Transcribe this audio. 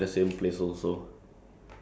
after a few hours he went